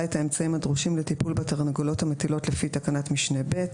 את האמצעים הדרושים לטיפול בתרנגולות המטילות לפי תקנת משנה (ב).